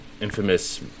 infamous